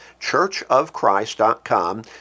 churchofchrist.com